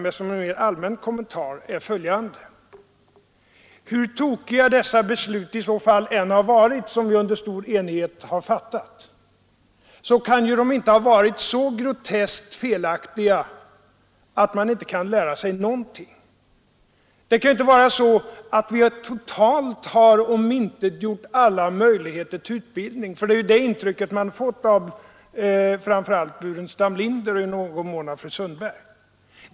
Som en mera allmän kommentar vill jag säga följande. Hur tokiga dessa beslut i så fall än har varit, som vi under stor enighet har fattat, så kan de inte ha varit så groteskt felaktiga att man inte kan lära sig någonting. Det kan inte vara så att vi har totalt omintetgjort alla möjligheter till utbildning. Men det är ju det intrycket man får framför allt av herr Burenstam Linder och i någon mån av fru Sundberg.